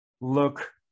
look